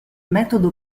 metodo